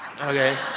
okay